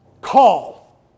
Call